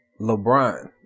LeBron